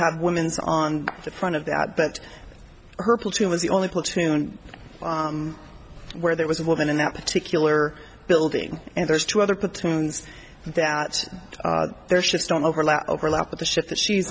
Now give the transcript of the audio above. had women's on the front of that but her platoon was the only platoon where there was a woman in that particular building and there's two other petunias that their ships don't overlap overlap with the shi